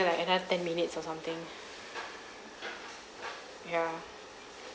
I mean like and have ten minutes or something ya